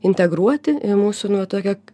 integruoti į mūsų nu va tokią